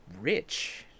rich